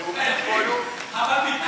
הנימוקים שלו היו,